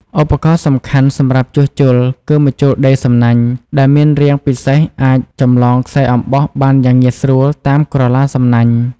ឧបករណ៍សំខាន់សម្រាប់ជួសជុលគឺ ម្ជុលដេរសំណាញ់ ដែលមានរាងពិសេសអាចចម្លងខ្សែអំបោះបានយ៉ាងងាយស្រួលតាមក្រឡាសំណាញ់។